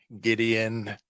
Gideon